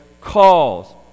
calls